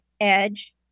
edge